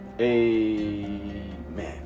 Amen